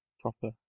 proper